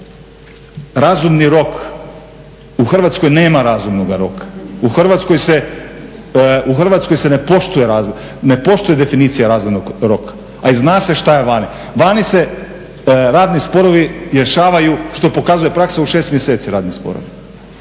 razumni rok, u Hrvatskoj nema razumnog roka. U Hrvatskoj se ne poštuje definicija razumnog roka, a i zna se šta je vani. Vani se radni sporovi rješavaju, što pokazuje praksa, u 6 mjeseci radni sporovi.